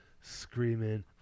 Screaming